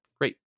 great